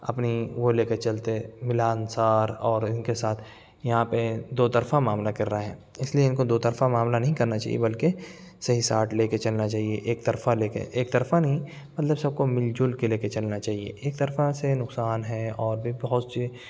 اپنی وہ لے کے چلتے ملنسار اور ان کے ساتھ یہاں پہ دو طرفہ معاملہ کر رہے ہیں اس لیے ان کو دو طرفہ معاملہ نہیں کرنا چاہیے بلکہ صحیح ساٹھ لے کے چلنا چاہیے ایک طرفہ لے کے ایک طرفہ نہیں مطلب سب کو مل جل کے لے کے چلنا چاہیے ایک طرفہ سے نقصان ہے اور بھی بہت سی